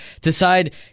decide